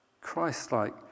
Christ-like